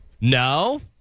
No